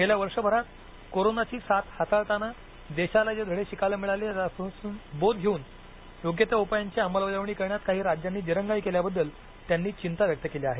गेल्या वर्षभरात कोरोनाची साथ हाताळताना देशाला जे धडे शिकायला मिळाले त्यापासून बोध घेऊन योग्य त्या उपायांची अंमलबजावणी करण्यात काही राज्यांनी दिरंगाई केल्याबद्दल त्यांनी चिंता व्यक्त केली आहे